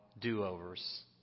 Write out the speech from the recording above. do-overs